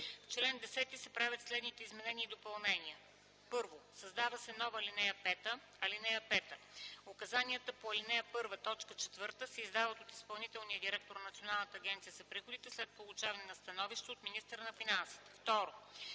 В чл. 10 се правят следните изменения и допълнения: 1. Създава нова ал. 5: „(5) Указанията по ал. 1, т. 4 се издават от изпълнителния директор на Националната агенция за приходите след получаване на становище от министъра на финансите.” 2.